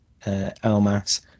Elmas